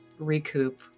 recoup